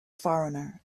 foreigner